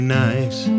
nice